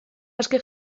aske